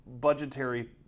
budgetary